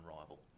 rival